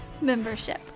Membership